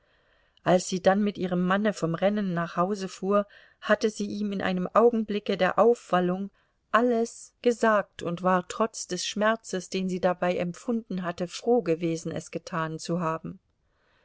als sie dann mit ihrem manne vom rennen nach hause fuhr hatte sie ihm in einem augenblicke der aufwallung alles gesagt und war trotz des schmerzes den sie dabei empfunden hatte froh gewesen es getan zu haben